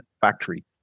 factory